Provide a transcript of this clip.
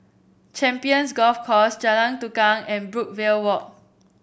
Champions Golf Course Jalan Tukang and Brookvale Walk